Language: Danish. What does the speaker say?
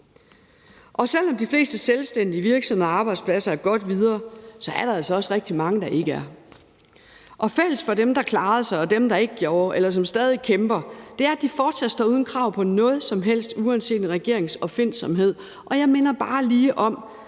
Selv om de fleste selvstændige virksomheder og arbejdspladser er godt videre, er der altså også rigtig mange, der ikke er. Og fælles for dem, der klarede sig, og dem, der ikke gjorde, eller som stadig kæmper, er, at de fortsat står uden krav på noget som helst uanset en regerings opfindsomhed. Jeg minder f.eks. bare lige om,